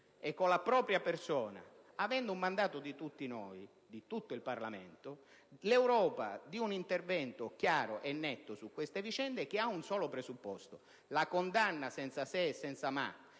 e con la propria persona, avendo un mandato da tutti i noi, di tutto il Parlamento, l'Europa della responsabilità di un intervento chiaro e netto su queste vicende, con un solo presupposto: la condanna senza se e senza ma